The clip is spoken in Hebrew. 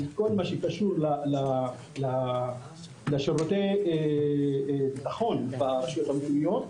על כל מה שקשור לשירותי ביטחון ברשויות המקומיות,